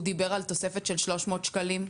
הוא דיבר על תוספת של 300 שקלים,